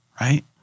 right